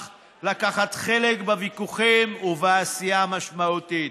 לקחת חלק בוויכוחים ובעשייה משמעותית.